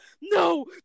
No